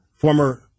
former